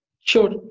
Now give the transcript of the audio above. Sure